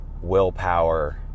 willpower